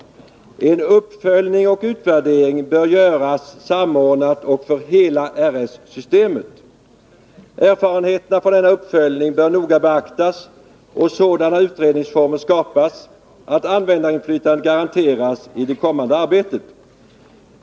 En uppföljning och utvärdering bör göras samordnat för hela RS-systemet. Erfarenheterna från denna uppföljning bör noga beaktas och sådana utredningsformer skapas att användarinflytandet garanteras i det kommande arbetet.